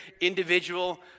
individual